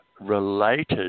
related